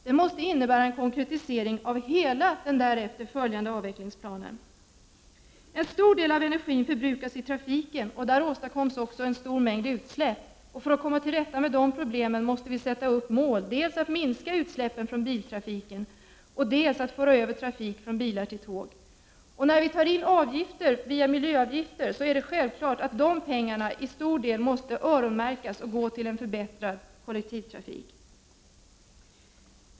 Den måste innebära en konkretisering av hela den därefter följande avvecklingsplanen. En stor del av energin förbrukas i trafiken, och där åstadkoms också en stor mängd utsläpp. För att komma till rätta med dessa problem måste vi sätta upp mål, dels att minska utsläppen från biltrafiken, dels att föra över trafik från bilar till tåg. När vi tar in miljöavgifter måste dessa självfallet till stor del öronmärkas och gå till en förbättrad kollektivtrafik.